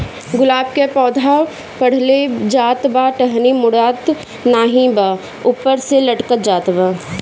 गुलाब क पौधा बढ़ले जात बा टहनी मोटात नाहीं बा ऊपर से लटक जात बा?